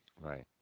Right